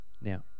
Now